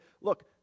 look